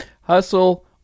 Hustle